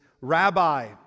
Rabbi